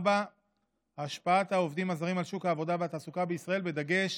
4. השפעת העובדים הזרים על שוק העבודה והתעסוקה בישראל בדגש